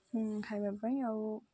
ଖାଇବା ପାଇଁ ଆଉ